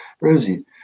rosie